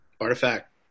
artifact